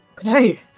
Hey